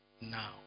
now